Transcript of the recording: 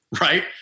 right